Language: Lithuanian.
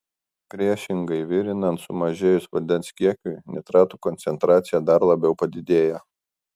priešingai virinant sumažėjus vandens kiekiui nitratų koncentracija dar labiau padidėja